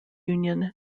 union